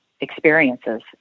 experiences